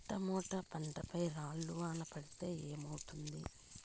Tomato పంట పై రాళ్లు వాన పడితే ఏమవుతుంది?